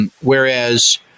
Whereas